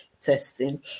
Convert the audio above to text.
testing